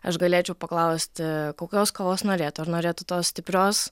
aš galėčiau paklausti kokios kavos norėtų ar norėtų tos stiprios